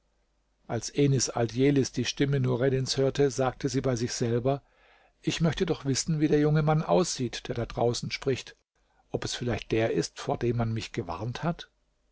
als enis aldjelis die stimme nureddins hörte sagte sie bei sich selber ich möchte doch wissen wie der junge mann aussieht der da draußen spricht ob es vielleicht der ist vor dem man mich gewarnt hat